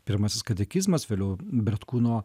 pirmasis katekizmas vėliau bretkūno